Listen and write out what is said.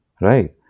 right